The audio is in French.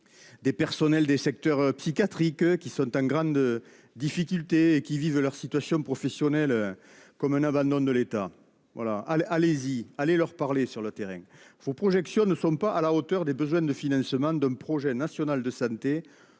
Des personnels des secteurs psychiatriques qui sont en grande difficulté et qui vivent leur situation professionnelle. Comme un abandon de l'État. Voilà allez allez-y, allez leur parler sur le terrain. Vos projections ne sont pas à la hauteur des besoins de financement d'un projet national de santé